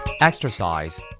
Exercise